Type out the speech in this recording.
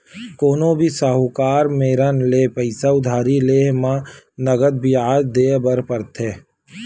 कोनो भी साहूकार मेरन ले पइसा उधारी लेय म नँगत बियाज देय बर परथे